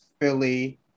Philly